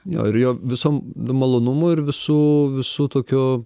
jo ir jo visom malonumų ir visų visų tokio